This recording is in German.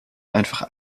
einfach